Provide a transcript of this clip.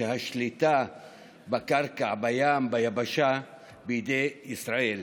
כשהשליטה בקרקע, בים וביבשה היא בידי ישראל.